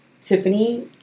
Tiffany